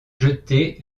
jeté